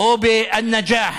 או בא-נג'אח,